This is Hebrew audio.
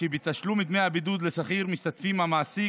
שבתשלום דמי הבידוד לשכיר משתתפים המעסיק